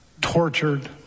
tortured